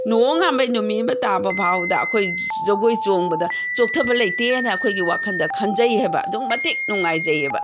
ꯅꯣꯡ ꯑꯃ ꯉꯥꯟꯕꯗꯒꯤ ꯅꯨꯃꯤꯠ ꯑꯃ ꯇꯥꯕ ꯐꯥꯎꯕꯗ ꯑꯩꯈꯣꯏ ꯖꯒꯣꯏ ꯆꯣꯡꯕꯗ ꯆꯣꯛꯊꯕ ꯂꯩꯇꯦꯅ ꯑꯩꯈꯣꯏꯒꯤ ꯋꯥꯈꯟꯗ ꯈꯟꯖꯩ ꯍꯥꯏꯕ ꯑꯗꯨꯛꯀꯤ ꯃꯇꯤꯛ ꯅꯨꯡꯉꯥꯏꯖꯩꯑꯕ